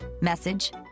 message